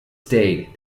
state